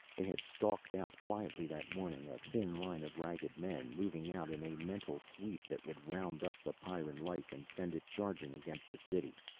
they had stalked out quietly that morning, a thin line of ragged men, moving out in a mental sweep that would round up the pyrran life and send it charging against the city.